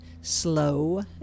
slow